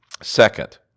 Second